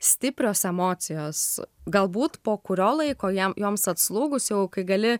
stiprios emocijos galbūt po kurio laiko jam joms atslūgus jau kai gali